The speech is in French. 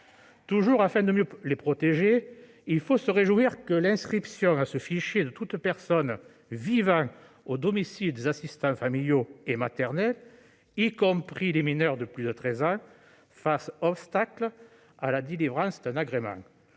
Toujours dans le but de mieux protéger ces enfants, l'inscription dans ce fichier de toute personne vivant au domicile des assistants familiaux et maternels, y compris les mineurs de plus de 13 ans, fera obstacle à la délivrance d'un agrément.